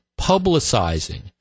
publicizing